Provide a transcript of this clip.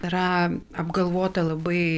yra apgalvota labai